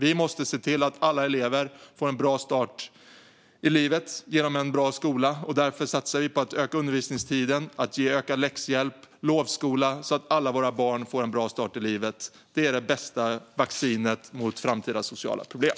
Vi måste se till att alla elever får en bra start i livet genom en bra skola, och därför satsar vi på att öka undervisningstiden och på ökad läxhjälp och lovskola så att alla våra barn får en bra start i livet. Det är det bästa vaccinet mot framtida sociala problem.